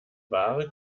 ware